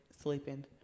sleeping